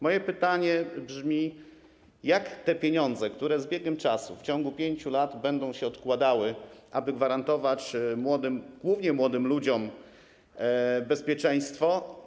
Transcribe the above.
Moje pytanie brzmi: Jak te pieniądze, które z biegiem czasu, w ciągu 5 lat będą odkładane, aby gwarantować młodym, głównie młodym ludziom bezpieczeństwo?